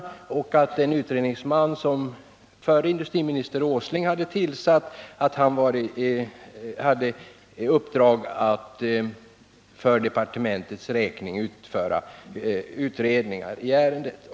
Han nämnde därvid att en utredningsman, som förre industriministern Nils Åsling hade tillsatt, hade i uppdrag att för departementets räkning utföra utredningar i ärendet.